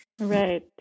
right